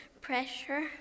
pressure